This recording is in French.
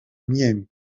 miami